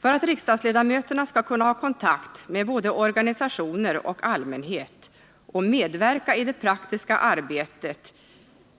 För att riksdagsledamöterna skall kunna ha kontakt med både organisationer och allmänhet och kunna medverka i det praktiska arbetet